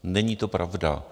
Není to pravda.